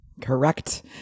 Correct